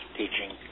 teaching